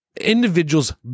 individuals